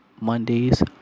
Monday's